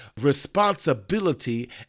responsibility